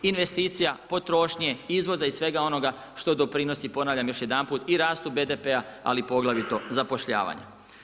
Investicija, potrošnje izvoza i svega onoga što doprinosi, ponavljam još jedanput, i rastu BDP-a, ali poglavito zapošljavanje.